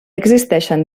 existeixen